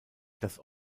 das